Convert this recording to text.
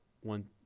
one